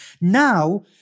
Now